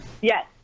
yes